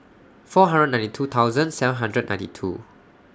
four hundred ninety two thousand seven hundred ninety two